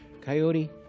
Coyote